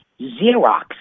Xerox